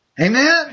Amen